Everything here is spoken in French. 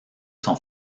son